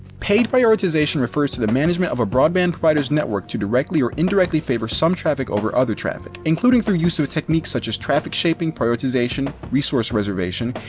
paid prioritization refers to the management of a broadband provider's network to directly or indirectly favor some traffic over other traffic, including through use of techniques such as traffic shaping, prioritization, resource reservation,